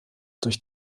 durch